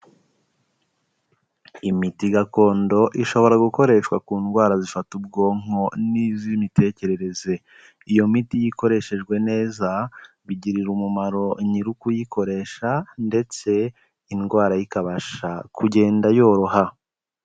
Imiti gakondo ishobora gukoreshwa ku ndwara zifata ubwonko n'iz'imitekerereze, iyo miti iyo ikoreshejwe neza bigirira umumaro nyirukuyikoresha ndetse indwara ikabasha kugenda yoroha.